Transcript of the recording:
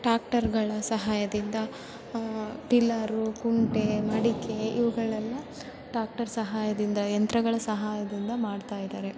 ಟಾಕ್ಟರ್ಗಳ ಸಹಾಯದಿಂದ ಟಿಲ್ಲರು ಕುಂಟೆ ಮಡಿಕೆ ಇವುಗಳನ್ನೆಲ್ಲ ಟಾಕ್ಟರ್ ಸಹಾಯದಿಂದ ಯಂತ್ರಗಳ ಸಹಾಯದಿಂದ ಮಾಡ್ತಾ ಇದ್ದಾರೆ